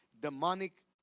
demonic